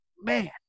man